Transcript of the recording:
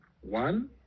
One